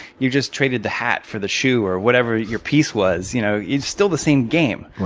you just traded the hat for the shoe or whatever your piece was. you know it's still the same game.